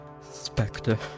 Spectre